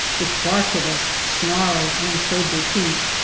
which barked at us, snarled and showed their teeth.